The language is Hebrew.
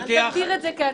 אל תגדיר את זה כהצגה.